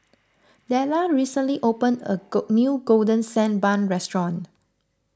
Dellar recently opened a new Golden Sand Bun restaurant